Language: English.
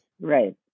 Right